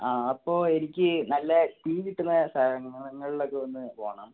ആ അപ്പോൾ എനിക്ക് നല്ല ടീ കിട്ടുന്ന സ്ഥലങ്ങളിൽ ഒക്കെ ഒന്ന് പോവണം